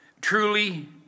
Truly